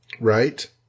Right